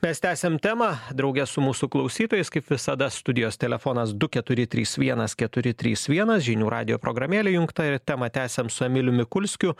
mes tęsiam temą drauge su mūsų klausytojais kaip visada studijos telefonas du keturi trys vienas keturi trys vienas žinių radijo programėlė įjungta ir temą tęsiam su emiliu mikulskiu